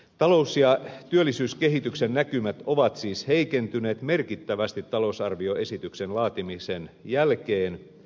talous ja työllisyyskehityksen näkymät ovat siis heikentyneet merkittävästi talousarvioesityksen laatimisen jälkeen